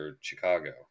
Chicago